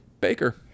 Baker